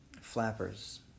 Flappers